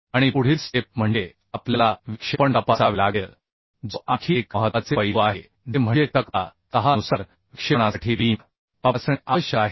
आणि पुढील स्टेप म्हणजे आपल्याला विक्षेपण तपासावे लागेल जो आणखी एक महत्त्वाचे पैलू आहे जे म्हणजे तक्ता 6 नुसार विक्षेपणासाठी बीम तपासणे आवश्यक आहे